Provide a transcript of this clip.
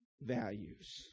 values